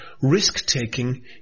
Risk-taking